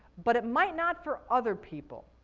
but it might not for other people.